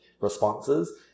responses